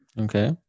Okay